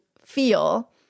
feel